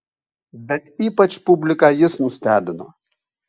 bet ypač publiką jis nustebino